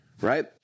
right